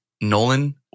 Nolan